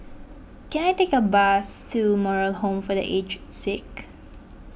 can I take a bus to Moral Home for the Aged Sick